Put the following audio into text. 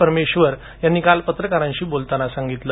परमेश्वरा यांनी काल पत्रकारांशी बोलताना सांगितलं